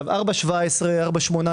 417, 418